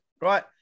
right